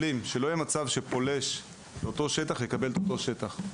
----- מצב שפולש לשטח, יקבל את אותו שטח.